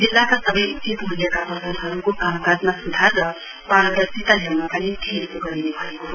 जिल्लाका सबै उचित मूल्यका पसलहरूको कामकाजमा सुधार र पारदर्शिता ल्याउनका निम्ति यसो गरिने भएको हो